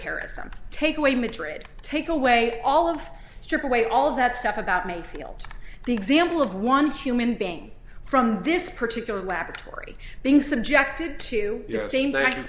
terrorism take away madrid take away all of strip away all that stuff about mayfield the example of one human being from this particular laboratory being subjected to the same